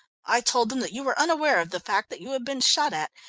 i told them that you were unaware of the fact that you had been shot at,